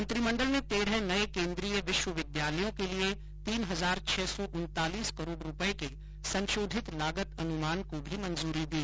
मंत्रिमंडल ने तेरह नए केंद्रीय विश्वविद्यालयों के लिए तीन हजार छह सौ उन्तालीस करोड़ रुपये के संशोधित लागत अनुमान को भी मंजूरी दी